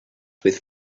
with